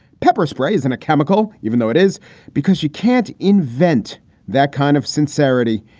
pepper spray isn't a chemical, even though it is because you can't invent that kind of sincerity.